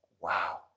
wow